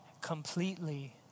completely